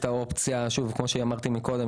כמו שאמרתי קודם,